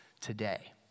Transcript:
today